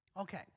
Okay